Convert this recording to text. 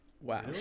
Wow